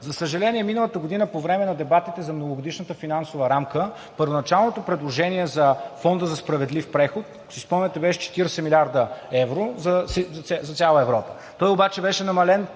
За съжаление, миналата година по време на дебатите за Многогодишната финансова рамка първоначалното предложение за Фонда за справедлив преход, ако си спомняте, беше 40 млрд. евро за цяла Европа. Той обаче беше намален